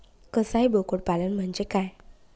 कसाई बोकड पालन म्हणजे काय?